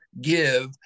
give